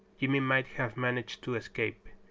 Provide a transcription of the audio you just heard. jimmy might have managed to escape.